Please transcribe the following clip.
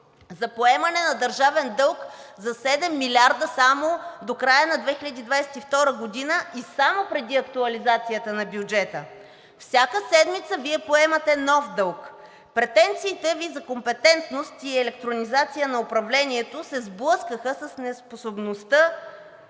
за поемане на държавен дълг за 7 милиарда само до края на 2022 г. и само преди актуализацията на бюджета. Всяка седмица Вие поемате нов дълг. Претенциите Ви за компетентност и електронизация на управлението се сблъскаха с неспособността